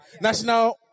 National